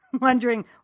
wondering